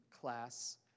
class